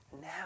Now